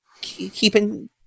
keeping